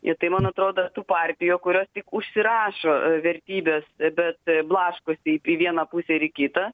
ir tai man atrodo tų partijų kurios tik užsirašo vertybes bet blaškosi į vieną pusę ir kitą